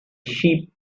sheep